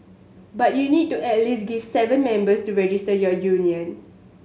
but you need at least seven members to register your union